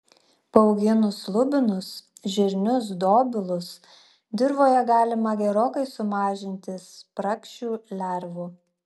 paauginus lubinus žirnius dobilus dirvoje galima gerokai sumažinti spragšių lervų